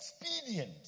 expedient